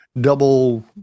double